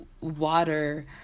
water